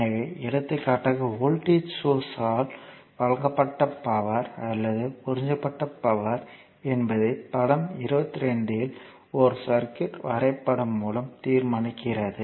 எனவே எடுத்துக்காட்டாக voltage source ஆல் வழங்கப்பட்ட பவர் அல்லது உறிஞ்சப்பட்ட பவர் என்பதை படம் 22 இல் ஒரு சர்க்யூட் வரைபடம் மூலம் தீர்மானிக்கிறது